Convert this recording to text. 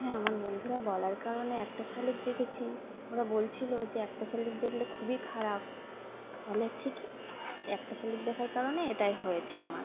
হ্যাঁ আমার বন্ধুরা বলার কারণে একটা শালিক দেখেছি ওরা বলছিলো যে একটা শালিক দেখলে খুবই খারাপ তাহলে ঠিকই সে একটা শালিক দেখার কারণে এটাই হয়েছে আমার